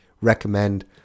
recommend